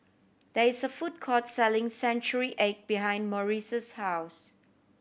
there is a food court selling century egg behind Maurice's house